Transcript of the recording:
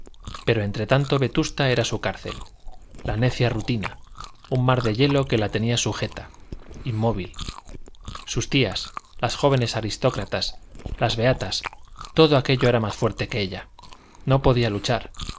pero entre tanto vetusta era su cárcel la necia rutina un mar de hielo que la tenía sujeta inmóvil sus tías las jóvenes aristócratas las beatas todo aquello era más fuerte que ella no podía luchar